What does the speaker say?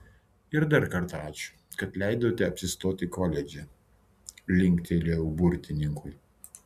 ir dar kartą ačiū kad leidote apsistoti koledže linktelėjau burtininkui